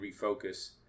refocus